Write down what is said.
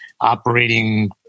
operating